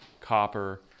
copper